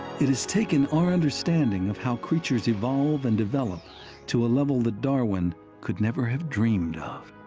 it has taken our understanding of how creatures evolve and develop to a level that darwin could never have dreamed of.